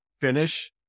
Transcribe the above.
finish